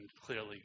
clearly